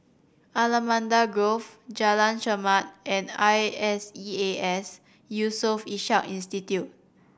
Allamanda Grove Jalan Chermat and I S E A S Yusof Ishak Institute